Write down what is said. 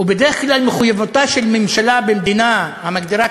בדרך כלל מחויבותה של ממשלה במדינה המגדירה